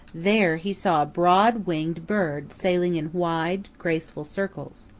there he saw a broad-winged bird sailing in wide, graceful circles.